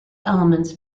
elements